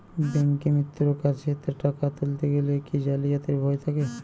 ব্যাঙ্কিমিত্র কাছে টাকা তুলতে গেলে কি জালিয়াতির ভয় থাকে?